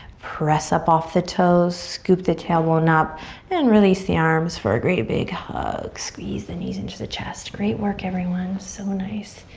press up off the toes. scoop the tailbone up and release the arms for a great big hug, squeeze the knees into the chest. great work everyone, so nice.